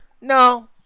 No